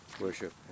worship